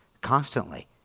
constantly